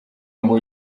ngo